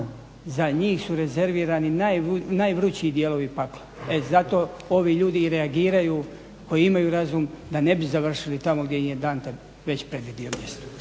za njih su rezervirani najvrući dijelovi pakla. E zato ovi ljudi i reagiraju koji imaju razum da ne bi završili tamo gdje im je Dante već predvidio mjesto.